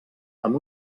amb